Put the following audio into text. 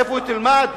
איפה תלמד,